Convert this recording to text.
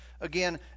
Again